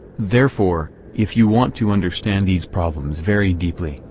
therefore, if you want to understand these problems very deeply,